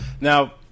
Now